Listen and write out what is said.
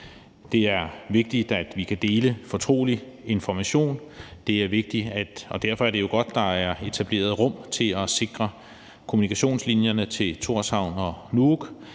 Det er vigtigt, at vi kan dele fortrolig information, og derfor er det jo godt, at der er etableret rum til at sikre kommunikationslinjerne til Tórshavn og Nuuk.